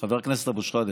חבר הכנסת אבו שחאדה,